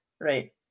right